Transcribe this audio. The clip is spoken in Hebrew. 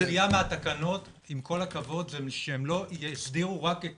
הצפייה מהתקנות היא שהם לא יסדירו רק את